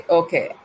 okay